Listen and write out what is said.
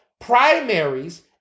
Primaries